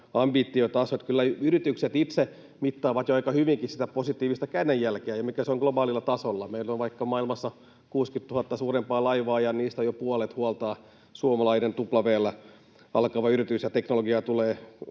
ambitiotaso. Kyllä yritykset itse mittaavat jo aika hyvinkin sitä positiivista kädenjälkeä ja sitä, mikä se on globaalilla tasolla. Meillä on maailmassa vaikkapa 60 000 suurempaa laivaa, ja niistä jo puolet huoltaa suomalainen tupla-v:llä alkava yritys, ja teknologia tulee